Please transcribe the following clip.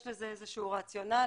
יש לזה איזשהו רציונל,